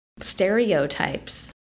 stereotypes